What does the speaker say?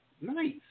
Nice